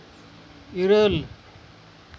ᱤᱨᱟᱹᱞ